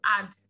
add